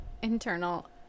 internal